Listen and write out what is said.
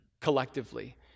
collectively